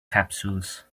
capsules